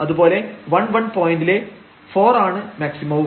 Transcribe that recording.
അതുപോലെ 11 പോയന്റിലെ 4 ആണ് മാക്സിമവും